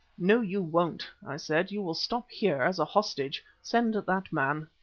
no, you won't, i said, you will stop here as a hostage. send that man.